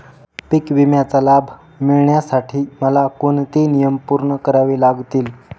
पीक विम्याचा लाभ मिळण्यासाठी मला कोणते नियम पूर्ण करावे लागतील?